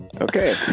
Okay